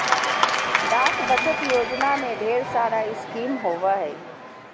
डाक बचत योजना में ढेर सारा स्कीम होबो हइ